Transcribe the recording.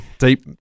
deep